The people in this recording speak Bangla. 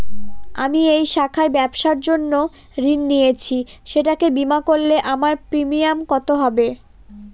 আমি এই শাখায় ব্যবসার জন্য ঋণ নিয়েছি সেটাকে বিমা করলে আমার প্রিমিয়াম কত হবে?